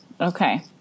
Okay